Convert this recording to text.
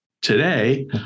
today